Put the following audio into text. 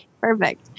Perfect